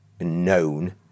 known